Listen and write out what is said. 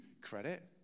credit